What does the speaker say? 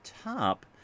top